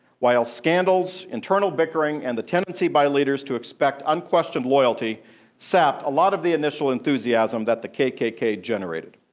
while scandals, internal bickering, and the tendency by leaders to expect unquestioned loyalty sapped a lot of the initial enthusiasm that the kkk generated.